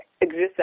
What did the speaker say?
exists